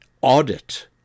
audit